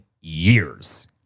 years